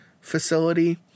facility